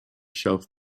shelf